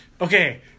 Okay